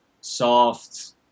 soft